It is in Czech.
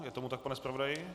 Je tomu tak, pane zpravodaji?